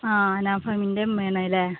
ആ അനാഫാമിൻറെ ഉമ്മയാണല്ലേ